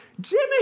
Jimmy